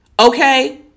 Okay